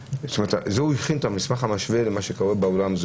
הוא הכין את המסמך המשווה למה שקורה בעולם.